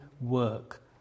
work